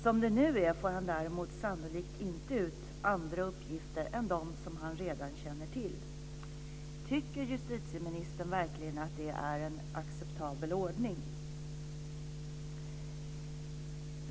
Som det nu är får han däremot sannolikt inte ut andra uppgifter än dem som han redan känner till. Tycker justitieministern verkligen att det är en acceptabel ordning?